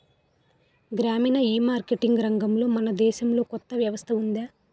గ్రామీణ ఈమార్కెటింగ్ రంగంలో మన దేశంలో కొత్త వ్యవస్థ ఉందా?